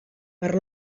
per